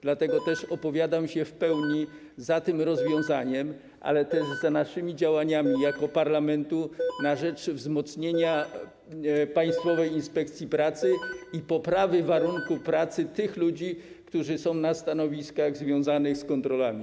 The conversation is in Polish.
Dlatego opowiadam się w pełni za tym rozwiązaniem, ale też za naszymi działaniami jako parlamentu na rzecz wzmocnienia Państwowej Inspekcji Pracy i poprawy warunków pracy tych ludzi, którzy są zatrudnieni na stanowiskach związanych z kontrolami.